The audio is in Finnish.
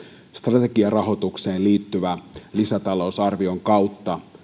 strategiarahoitukseen liittyvä lisätalousarvion kautta